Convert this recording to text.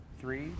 three